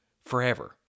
forever